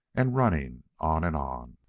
and running on and on.